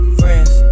friends